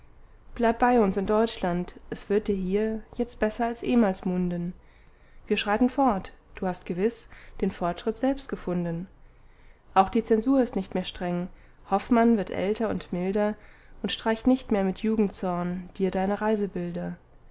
bleib bei uns in deutschland es wird dir hier jetzt besser als ehmals munden wir schreiten fort du hast gewiß den fortschritt selbst gefunden auch die zensur ist nicht mehr streng hoffmann wird älter und milder und streicht nicht mehr mit jugendzorn dir deine